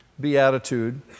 beatitude